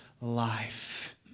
life